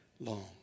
long